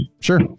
Sure